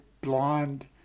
blonde